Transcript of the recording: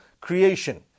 creation